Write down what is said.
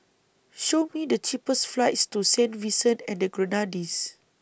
Show Me The cheapest flights to Saint Vincent and The Grenadines